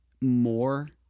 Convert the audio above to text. More